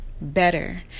better